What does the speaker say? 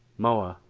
moa,